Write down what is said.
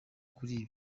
kuri